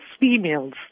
females